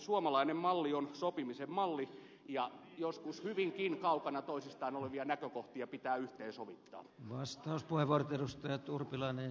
suomalainen malli on sopimisen malli ja joskus hyvinkin kaukana toisistaan olevia näkökohtia pitää yhteen sovittaa